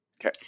Okay